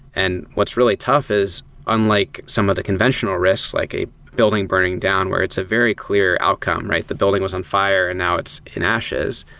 and what's really tough is unlike some of the conventional risks, like a building burning down where it's a very clear outcome. the building was on fire and now it's in ashes.